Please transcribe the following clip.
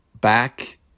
back